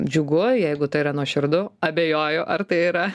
džiugu jeigu tai yra nuoširdu abejoju ar tai yra